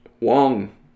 Wong